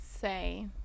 say